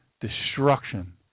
destruction